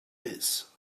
pits